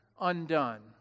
undone